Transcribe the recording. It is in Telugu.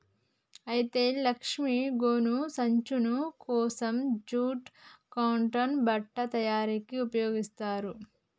అయితే లక్ష్మీ గోను సంచులు కోసం జూట్ కాటన్ బట్ట తయారీకి ఉపయోగిస్తారు